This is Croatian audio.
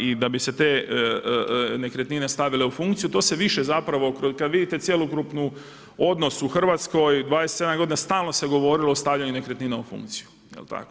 I da bi se te nekretnine stavile u funkciju to se više zapravo kad vidite cjelokupni odnos u Hrvatskoj 27 godina stalno se govorilo o stavljanju nekretnina u funkciju, jel' tako?